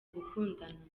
gukundana